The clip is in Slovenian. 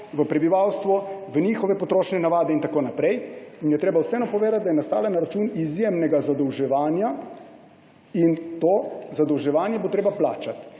v prebivalstvo, v njihove potrošnje in navade in tako naprej. Treba je povedati, da je nastala na račun izjemnega zadolževanja, in to zadolževanje bo treba plačati.